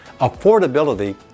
Affordability